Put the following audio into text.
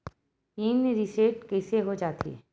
Pin reset कइसे हो जाथे?